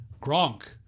Gronk